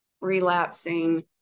relapsing